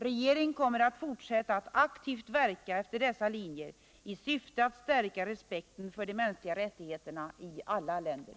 Regeringen kommer att fortsätta att aktivt verka efter dessa linjer i syfte att stärka respekten för de mänskliga rättigheterna i alla länder.